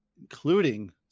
Including